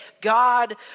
God